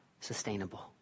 sustainable